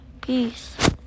Peace